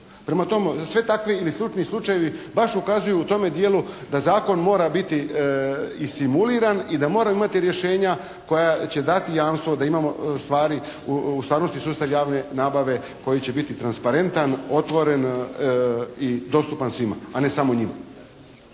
Prema tome svi takvi ili slični slučajevi baš ukazuju u tome dijelu da zakon mora biti i simuliran i da mora imati rješenja koja će dati jamstvo da ima stvari, u stvarnosti sustav javne nabave koji će biti transparentan, otvoren i dostupan svima, a ne samo njima.